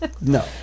No